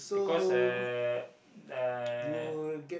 because uh uh